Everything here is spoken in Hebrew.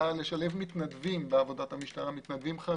לשלב מתנדבים חרדים בעבודת המשטרה.